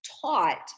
taught